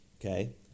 okay